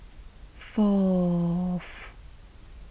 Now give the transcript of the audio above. fourth